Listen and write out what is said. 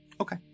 Okay